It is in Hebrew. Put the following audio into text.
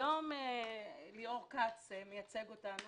היום ליאור כץ מייצג אותנו